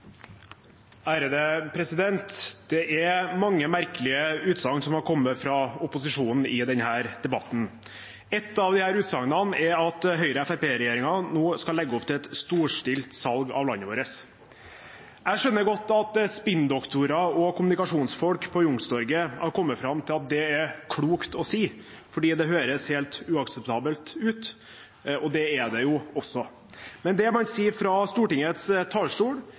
Det er mange merkelige utsagn som har kommet fra opposisjonen i denne debatten. Ett av disse utsagnene er at Høyre–Fremskrittsparti-regjeringen nå skal legge opp til et storstilt salg av landet vårt. Jeg skjønner godt at spinndoktorer og kommunikasjonsfolk på Youngstorget har kommet fram til at det er klokt å si, fordi det høres helt uakseptabelt ut, og det er det jo også. Men det man sier fra Stortingets talerstol,